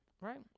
right